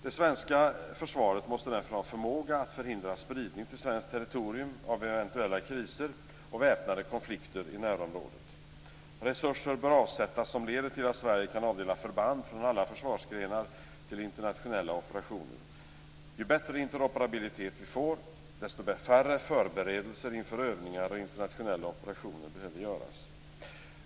Det svenska försvaret måste därför ha förmåga att förhindra spridning till svenskt territorium av eventuella kriser och väpnade konflikter i närområdet. Resurser bör avsättas som leder till att Sverige kan avdela förband från alla försvarsgrenar till internationella operationer. Ju bättre interoperabilitet vi får, desto färre förberedelser inför övningar och internationella operationer behöver göras.